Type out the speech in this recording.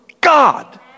God